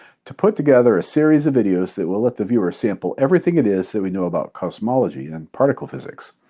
to put together a series of videos that will let the viewer sample everything it is that we know about cosmology and particle physics.